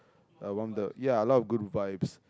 uh one of the ya a lot of Good Vibes